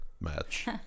match